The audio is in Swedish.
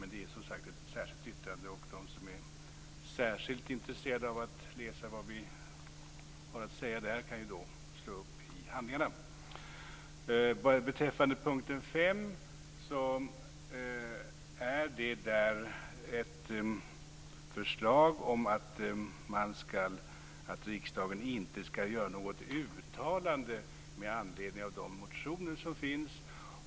Men det är som sagt ett särskilt yttrande, och de som är särskilt intresserade av att läsa vad vi har att säga där kan ju slå upp det i handlingarna. Beträffande punkt 5 finns det ett förslag om att riksdagen inte skall göra något uttalande med anledning av de motioner som finns.